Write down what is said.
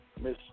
Miss